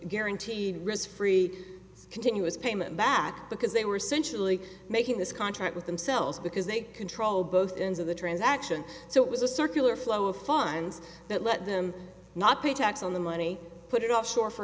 guaranteed risk free continuous payment back because they were essentially making this contract with themselves because they control both ends of the transaction so it was a circular flow of funds that let them not pay tax on the money put it offshore for